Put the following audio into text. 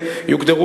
מכובד,